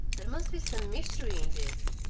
there must be some mystery in this,